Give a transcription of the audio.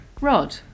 Rod